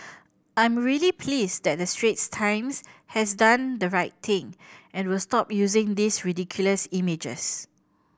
I'm really pleased that the Straits Times has done the right thing and will stop using these ridiculous images